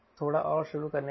थोड़ा और शुरू करने के लिए